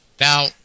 now